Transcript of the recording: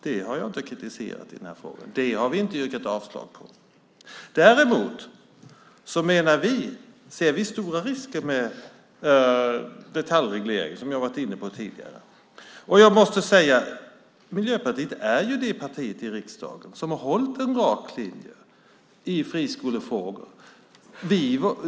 Det har jag inte kritiserat i den här frågan. Det har vi inte yrkat avslag på. Däremot ser vi stora risker med detaljreglering, som jag har varit inne på tidigare. Jag måste säga att Miljöpartiet ju är det parti i riksdagen som har hållit en rak linje i friskolefrågan.